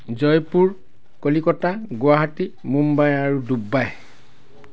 জয়পুৰ কলিকতা গুৱাহাটী মুম্বাই আৰু ডুবাই